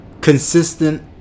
Consistent